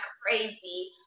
crazy